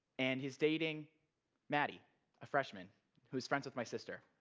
and he's dating maddie a freshman who's friends with my sister.